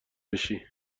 بشی